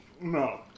No